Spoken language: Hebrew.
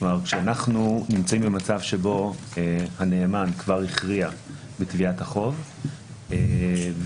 כשאנחנו נמצאים במצב בו הנאמן כבר הכריע בקביעת החוב ונושה